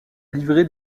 livré